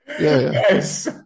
Yes